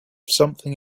something